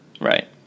Right